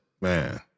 man